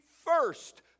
first